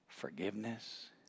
forgiveness